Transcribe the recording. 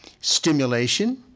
stimulation